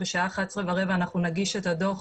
בשעה 11:15 אנחנו נגיש את הדוח